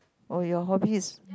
oh your hobby is